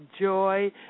joy